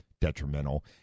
detrimental